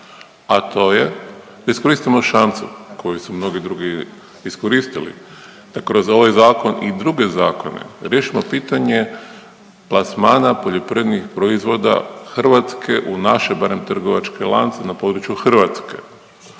a to je da iskoristimo šansu koju su mnogi drugi iskoristili, tako da za ovaj zakon i druge zakone riješimo pitanje plasmana poljoprivrednih proizvoda Hrvatske u naše barem trgovačke lance na području Hrvatske.